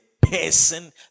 person